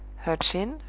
her chin,